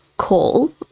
call